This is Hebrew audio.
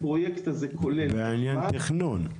הפרויקט הזה כולל --- בעניין תכנון?